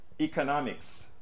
economics